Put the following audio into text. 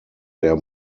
der